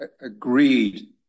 agreed